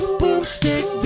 boomstick